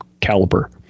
caliber